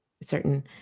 certain